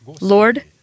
Lord